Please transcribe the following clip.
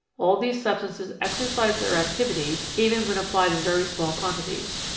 all these substances exercise their activity, even when applied in very small quan tities.